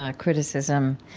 ah criticism.